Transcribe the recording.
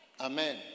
Amen